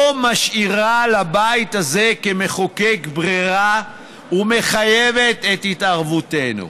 משאירה לבית הזה כמחוקק ברירה ומחייבת את התערבותנו.